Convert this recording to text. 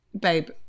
babe